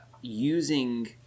using